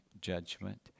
judgment